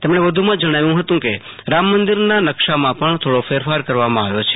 તેમણે વધુમાં જણાવ્યુ હતું કે રામ મંદિરના નકસામાં પણ થોડી ફેરફાર કરવામાંખાવ્યો છે